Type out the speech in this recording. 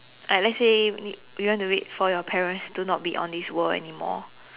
I let's say you want to wait for your parents do not to be on this world anymore